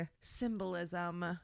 symbolism